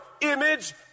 image